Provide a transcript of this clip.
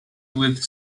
with